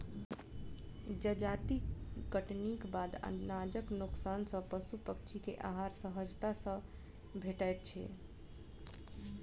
जजाति कटनीक बाद अनाजक नोकसान सॅ पशु पक्षी के आहार सहजता सॅ भेटैत छै